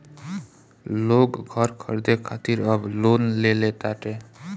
लोग घर खरीदे खातिर अब लोन लेले ताटे